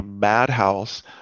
madhouse